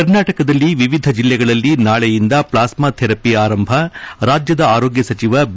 ಕರ್ನಾಟಕದಲ್ಲಿ ವಿವಿಧ ಜಲ್ಲೆಗಳಲ್ಲಿ ನಾಳೆಯಿಂದ ಪ್ಲಾಸ್ತಾ ಥೆರಪಿ ಆರಂಭ ರಾಜ್ಯದ ಆರೋಗ್ಯ ಸಚಿವ ಬಿ